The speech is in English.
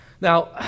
Now